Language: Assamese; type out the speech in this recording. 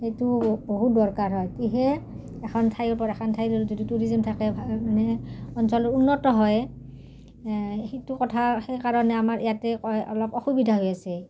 সেইটো বহুত দৰকাৰ হয় সেয়েহে এখন ঠাইৰ ওপৰত এখন ঠাইলৈ যদি টুৰিজম থাকে মানে অঞ্চলৰ উন্নত হয় সেইটো কথা সেইকাৰণে আমাৰ ইয়াতে কয় অলপ অসুবিধা হৈ আছে